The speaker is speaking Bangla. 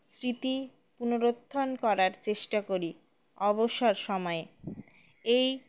স্মৃতি পুনরুত্থান করার চেষ্টা করি অবসর সময়ে এই